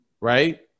right